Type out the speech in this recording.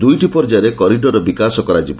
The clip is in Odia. ଦୁଇଟି ପର୍ଯ୍ୟାୟରେ କରିଡରର ବିକାଶ କରାଯିବ